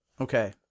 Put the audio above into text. Okay